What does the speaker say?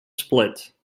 split